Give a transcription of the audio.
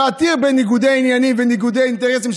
שעתיר בניגודי עניינים וניגודי אינטרסים,